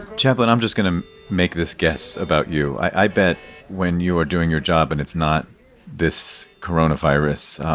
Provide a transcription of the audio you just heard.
chaplain, i'm just going to make this guess about you. i bet when you are doing your job and it's not this coronavirus,